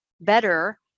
better